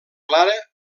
clara